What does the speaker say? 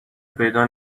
پیدا